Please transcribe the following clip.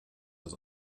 das